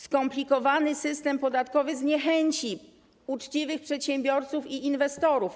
Skomplikowany system podatkowy zniechęci uczciwych przedsiębiorców i inwestorów.